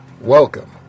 welcome